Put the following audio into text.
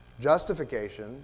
Justification